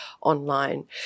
online